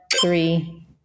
three